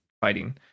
fighting